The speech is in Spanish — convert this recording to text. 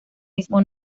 mismo